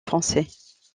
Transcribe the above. français